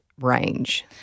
range